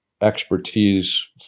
expertise